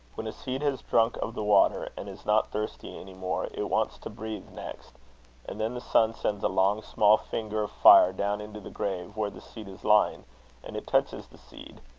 when a seed has drunk of the water, and is not thirsty any more, it wants to breathe next and then the sun sends a long, small finger of fire down into the grave where the seed is lying and it touches the seed,